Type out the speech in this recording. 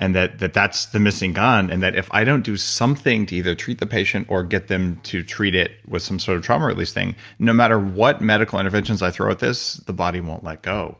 and that that that's the missing gun and that if i don't do something to either treat the patient or get them to treat it with some sort of trauma release thing, no matter what medical interventions i throw at this, the body won't let go.